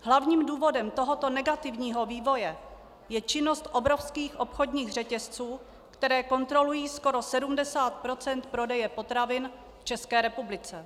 Hlavním důvodem tohoto negativního vývoje je činnost obrovských obchodních řetězců, které kontrolují skoro 70 % prodeje potravin v České republice.